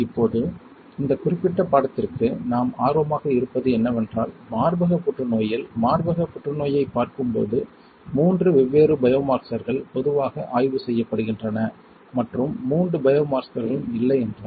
இப்போது இந்த குறிப்பிட்ட பாடத்திற்கு நாம் ஆர்வமாக இருப்பது என்னவென்றால் மார்பக புற்றுநோயில் மார்பக புற்றுநோயைப் பார்க்கும்போது மூன்று வெவ்வேறு பயோமார்க்ஸர்கள் பொதுவாக ஆய்வு செய்யப்படுகின்றன மற்றும் மூன்று பயோமார்க்ஸர்களும் இல்லை என்றால்